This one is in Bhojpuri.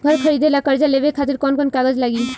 घर खरीदे ला कर्जा लेवे खातिर कौन कौन कागज लागी?